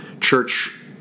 church